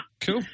Cool